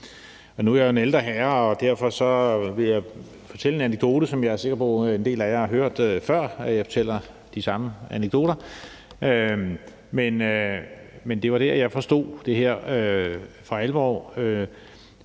Nu er jeg jo en ældre herre, og derfor vil jeg fortælle en anekdote, som jeg er sikker på at en del af jer har hørt før; jeg fortæller de samme anekdoter. Det var der, hvor jeg for alvor